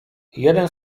jeden